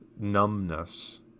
numbness